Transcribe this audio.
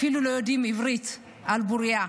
אפילו לא יודעים עברית על בוריה.